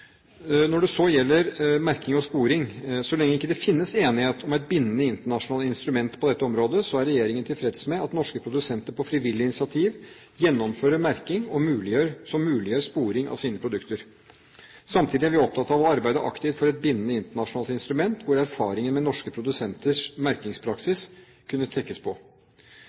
Når det så gjelder merking og sporing: Så lenge det ikke finnes enighet om et bindende internasjonalt instrument på dette området, er regjeringen tilfreds med at norske produsenter på frivillig initiativ gjennomfører merking som muliggjør sporing av deres produkter. Samtidig er vi opptatt av å arbeide aktivt for et bindende internasjonalt instrument hvor erfaringen med norske produsenters merkingspraksis kunne trekkes